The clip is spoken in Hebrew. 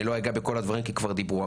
אני לא אגע בכל הדברים כי כבר דיברו,